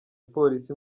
police